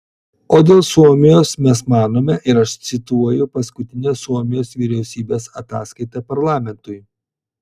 o dėl suomijos mes manome ir aš cituoju paskutinę suomijos vyriausybės ataskaitą parlamentui